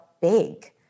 big